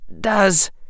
does